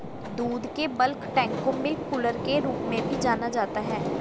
दूध के bulk tank को मिल्क कूलर के रूप में भी जाना जाता है